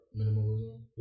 minimalism